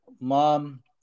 Mom